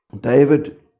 David